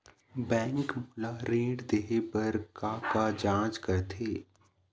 Bank मोला ऋण देहे बार का का जांच करथे?